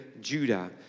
Judah